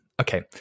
okay